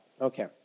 Okay